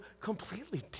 completely